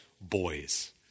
boys